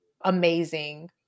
amazing